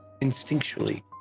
instinctually